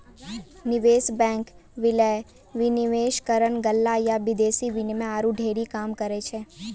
निवेश बैंक, विलय, विनिवेशकरण, गल्ला या विदेशी विनिमय आरु ढेरी काम करै छै